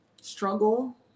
struggle